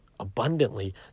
abundantly